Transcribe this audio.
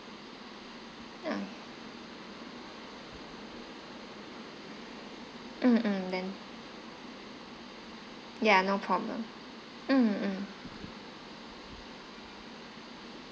uh mm mm then yeah no problem mm mm